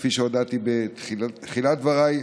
כפי שהודעתי בתחילת דבריי,